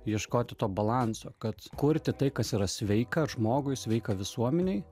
ieškoti to balanso kad kurti tai kas yra sveika žmogui sveika visuomenei